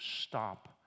stop